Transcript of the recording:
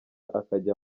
akajya